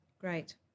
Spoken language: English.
Great